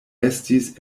estis